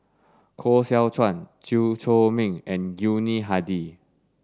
Koh Seow Chuan Chew Chor Meng and Yuni Hadi